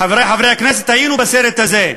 חברי חברי הכנסת, היינו בסרט הזה.